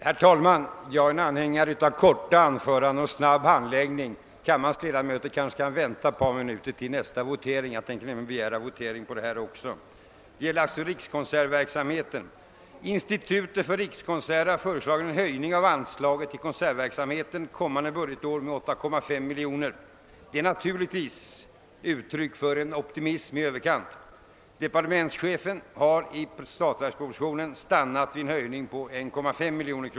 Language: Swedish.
Herr talman! Jag är anhängare av korta anföranden och snabb handläggning. Därför kan kammarens ledamöter kanske vänta ett par minuter till nästa votering; jag tänker nämligen begära votering också på den här punkten, som gäller rikskonsertverksamheten. Institutet för rikskonserter har föreslagit en höjning av anslaget till konsertverksamheten för kommande budgetår med 8,5 miljoner kronor, vilket naturligtvis är ett uttryck för optimism i överkant. Departementschefen har i statsverkspropositionen stannat vid en höjning på 1,5 miljoner.